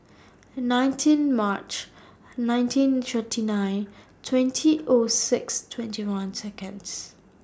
nineteen March nineteen thirty nine twenty O six twenty one Seconds